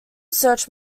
search